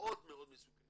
שמאוד מאוד מסוכנים